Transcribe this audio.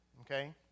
okay